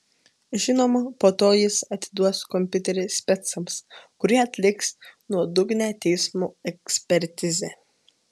žinoma po to jis atiduos kompiuterį specams kurie atliks nuodugnią teismo ekspertizę